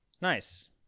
Nice